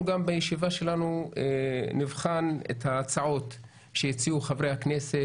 אנחנו בישיבה שלנו גם נבחן את ההצעות שהציעו חברי הכנסת,